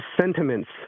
sentiments